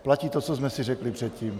. Platí to, co jsme si řekli předtím?